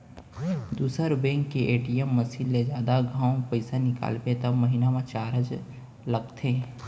दूसर बेंक के ATM machine ले जादा घांव पइसा निकालबे त महिना म चारज लगथे